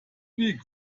weak